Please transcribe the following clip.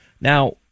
Now